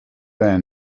their